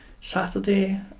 Saturday